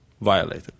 violated